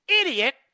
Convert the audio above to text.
idiot